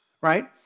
right